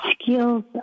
skills